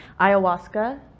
Ayahuasca